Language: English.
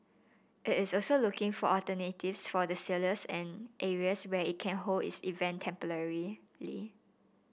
it is also looking for alternatives for its sailors and areas where it can hold its event temporarily